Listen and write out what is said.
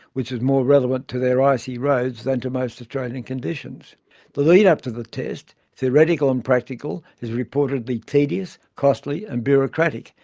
which is more relevant to their icy roads than to most australian conditions. the lead-up to the test, theoretical and practical, is reportedly tedious, costly and bureaucratic,